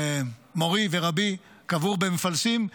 מורי ורבי, קבור במפלסים.